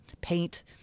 paint